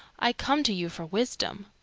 i come to you for wisdom.